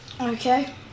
Okay